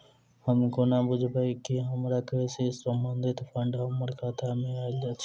हम कोना बुझबै जे हमरा कृषि संबंधित फंड हम्मर खाता मे आइल अछि?